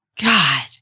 God